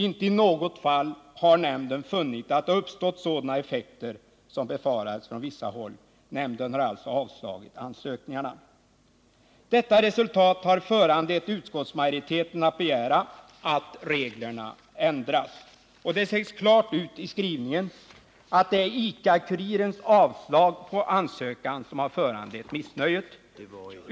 Inte i något fall har nämnden funnit att det uppstått sådana effekter som befarades från vissa håll. Nämnden har alltså avslagit ansökningarna. Detta resultat har föranlett utskottsmajoriteten att begära att reglerna ändras. Det sägs klart ut i skrivningen att det är avslaget på ICA Kurirens ansökan som har föranlett missnöjet.